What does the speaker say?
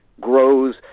grows